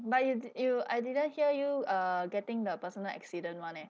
but you did you I didn't hear you uh getting the personal accident one eh